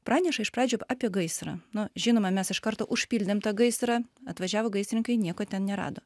praneša iš pradžių apie gaisrą na žinoma mes iš karto užpildėm tą gaisrą atvažiavo gaisrininkai nieko ten nerado